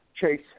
Chase